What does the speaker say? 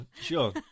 sure